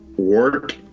work